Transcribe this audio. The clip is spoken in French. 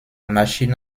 machine